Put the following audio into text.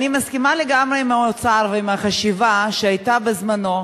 אני מסכימה לגמרי עם האוצר ועם החשיבה שהיתה בזמנו,